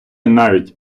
навіть